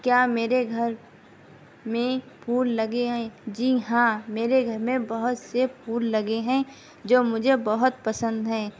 کیا میرے گھر میں پھول لگے ہیں جی ہاں میرے گھر میں بہت سے پھول لگے ہیں جو مجھے بہت پسند ہیں